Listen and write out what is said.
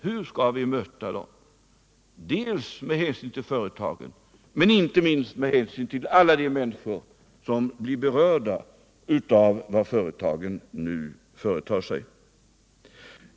Hur skall vi möta dem dels med hänsyn till företagen, dels och inte minst med hänsyn till alla de människor som blir berörda av vad företagen nu företar sig?